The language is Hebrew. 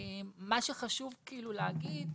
מה שחשוב להגיד,